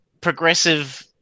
progressive